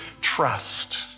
trust